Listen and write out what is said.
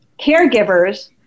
caregivers